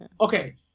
Okay